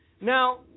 Now